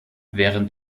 während